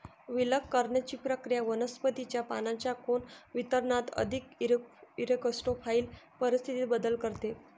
विलग करण्याची प्रक्रिया वनस्पतीच्या पानांच्या कोन वितरणात अधिक इरेक्टोफाइल परिस्थितीत बदल करते